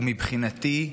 מבחינתי,